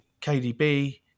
KDB